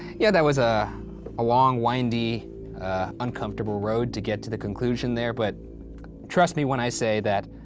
yeah, that was ah a long windy uncomfortable road to get to the conclusion there, but trust me when i say that